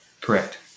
Correct